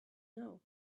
know